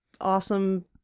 awesome